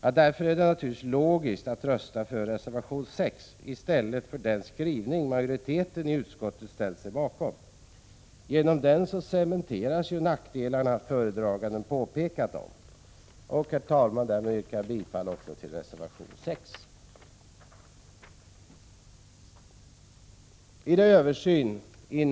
Mot den bakgrunden är det logiskt att rösta för reservation 6 i stället för att ansluta sig till den skrivning som majoriteten i utskottet ställt sig bakom. Genom denna cementeras ju de nackdelar föredraganden pekat på.